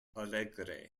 alegre